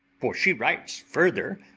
for she writes further,